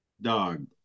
Dog